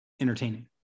entertaining